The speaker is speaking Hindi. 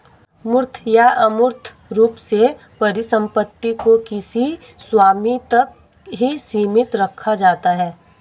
मूर्त या अमूर्त रूप से परिसम्पत्ति को किसी स्वामी तक ही सीमित रखा जाता है